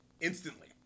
instantly